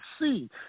see